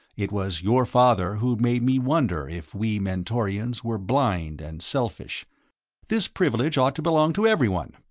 it was your father who made me wonder if we mentorians were blind and selfish this privilege ought to belong to everyone,